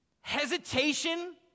Hesitation